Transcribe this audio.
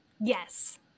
Yes